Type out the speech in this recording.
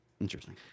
Interesting